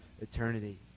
eternity